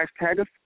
hashtag